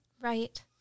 Right